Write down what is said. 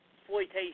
exploitation